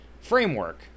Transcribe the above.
framework